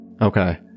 okay